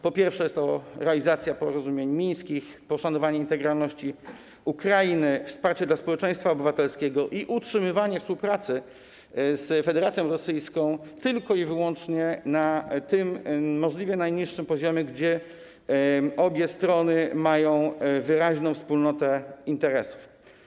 Po pierwsze, jest to realizacja porozumień mińskich, poszanowanie integralności Ukrainy, wsparcie dla społeczeństwa obywatelskiego i utrzymywanie współpracy z Federacją Rosyjską tylko i wyłącznie na tym możliwie najniższym poziomie, gdzie obie strony mają wyraźną wspólnotę interesów.